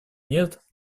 нет